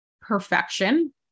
perfection